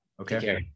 Okay